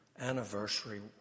anniversary